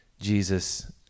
Jesus